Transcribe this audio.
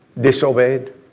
disobeyed